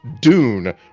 Dune